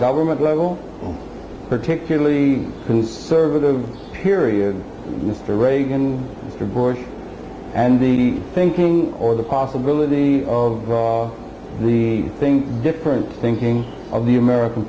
government level particularly conservative period mr reagan mr bush and the thinking or the possibility of we think different thinking of the american